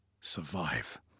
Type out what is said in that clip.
survive